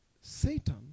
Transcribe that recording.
Satan